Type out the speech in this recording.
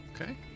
Okay